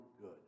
good